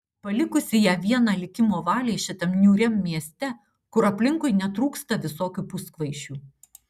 palikusi ją vieną likimo valiai šitam niūriam mieste kur aplinkui netrūksta visokių puskvaišių